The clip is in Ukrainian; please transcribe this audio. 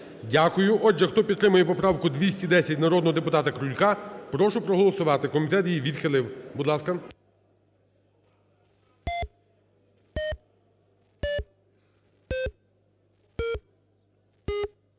Дякую. Отже, хто підтримує поправку 210 народного депутата Крулька, прошу проголосувати. Комітет її відхилив. Будь ласка.